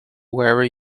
wherever